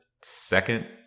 second